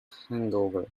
hangover